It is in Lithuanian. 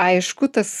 aišku tas